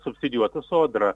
subsidijuotų sodra